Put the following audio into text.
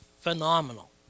phenomenal